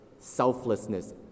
selflessness